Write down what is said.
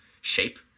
shape